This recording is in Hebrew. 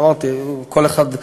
אמרתי, כל אחד,